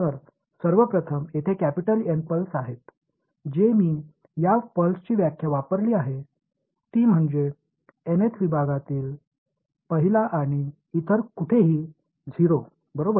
तर सर्व प्रथम येथे कॅपिटल एन पल्स आहेत जे मी या पल्सची व्याख्या वापरली आहेत ती म्हणजे nथ विभागातील 1 आणि इतर कुठेही 0 बरोबर